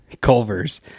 Culver's